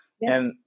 Yes